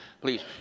Please